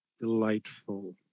Delightful